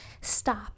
Stop